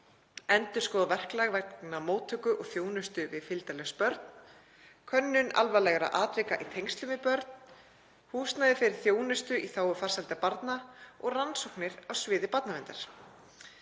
endurskoðað verklag vegna móttöku og þjónustu við fylgdarlaus börn, könnun alvarlegra atvika í tengslum við börn, húsnæði fyrir þjónustu í þágu farsældar barna og rannsóknir á sviði barnaverndar.